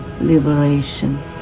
liberation